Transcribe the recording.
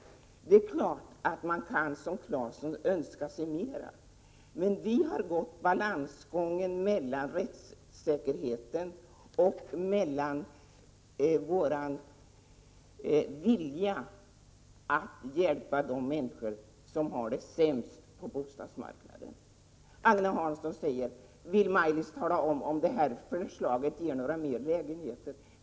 Det är klart att man som Tore Claeson kan önska sig mer. Men vi har gått balansgången mellan rättssäkerheten och vår vilja att hjälpa de människor som har det sämst på bostadsmarknaden. Vill Maj-Lis Landberg tala om ifall det här förslaget ger några fler lägenheter, säger Agne Hansson.